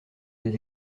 des